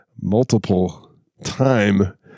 multiple-time